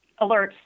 alerts